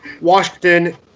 Washington